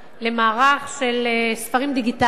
למערך של ספרים דיגיטליים,